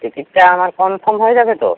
টিকিটটা আমার কনফার্ম হয়ে যাবে তো